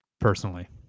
personally